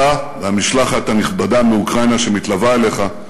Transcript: אתה והמשלחת הנכבדה מאוקראינה שמתלווה אליך.